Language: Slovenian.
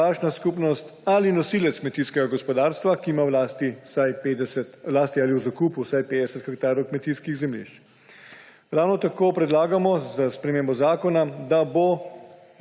pašna skupnost ali nosilec kmetijskega gospodarstva, ki ima v lasti ali v zakupu vsaj 50 hektarjev kmetijskih zemljišč. Ravno tako s spremembo zakona